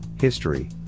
history